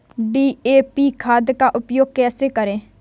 DAP खाद का उपयोग कैसे करें?